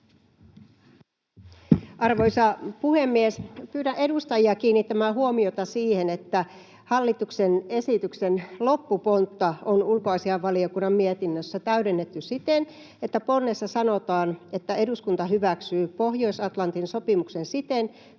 Arvoisa puhemies! Pyydän edustajia kiinnittämään huomiota siihen, että hallituksen esityksen loppupontta on ulkoasiainvaliokunnan mietinnössä täydennetty siten, että ponnessa sanotaan: ”eduskunta hyväksyy Pohjois-Atlantin sopimuksen siten